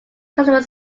customer